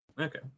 Okay